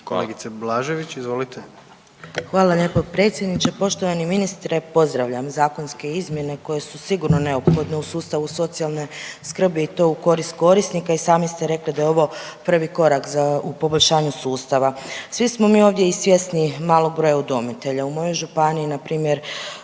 **Blažević, Anamarija (HDZ)** Hvala lijepo predsjedniče. Poštovani ministre. Pozdravljam zakonske izmjene koje su sigurno neophodne u sustavu socijalne skrbi i to u korist korisnika i sami ste rekli da je ovo prvi korak u poboljšanju sustava. Svi smo mi ovdje i svjesni malog broja udomitelja, u mojoj županiji npr.